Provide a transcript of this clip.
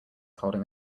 holding